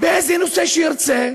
באיזה נושא שירצה.